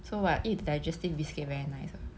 so what eat digestive biscuit very nice ah